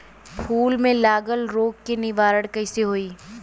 फूल में लागल रोग के निवारण कैसे होयी?